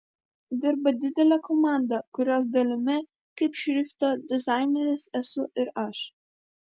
dirba didelė komanda kurios dalimi kaip šrifto dizaineris esu ir aš